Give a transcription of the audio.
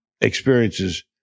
experiences